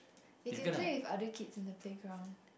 they can play with other kids in the playground